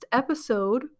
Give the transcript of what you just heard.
episode